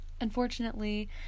Unfortunately